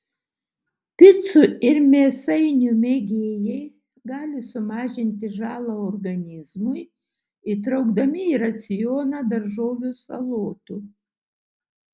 picų ir mėsainių mėgėjai gali sumažinti žalą organizmui įtraukdami į racioną daržovių salotų